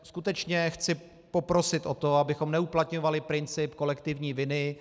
Skutečně chci poprosit o to, abychom neuplatňovali princip kolektivní viny.